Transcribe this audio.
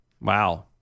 Wow